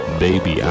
baby